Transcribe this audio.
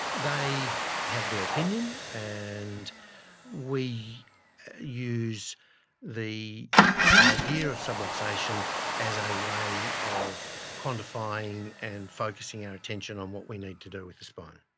they have their opinion, and we use the idea of subluxation as a way of quantifying and focusing our attention on what we need to do with the spine.